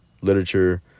literature